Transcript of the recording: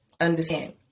understand